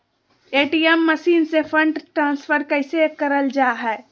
ATM machine से fund transfer कैसे करल जा है?